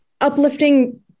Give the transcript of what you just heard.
uplifting